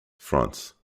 france